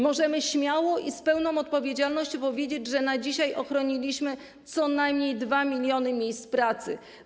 Możemy śmiało i z pełną odpowiedzialnością powiedzieć, że na dzisiaj ochroniliśmy co najmniej 2 mln miejsc pracy.